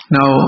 Now